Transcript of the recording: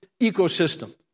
ecosystem